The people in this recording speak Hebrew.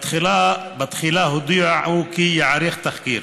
בתחילה הודיע הוא כי ייערך תחקיר.